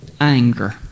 anger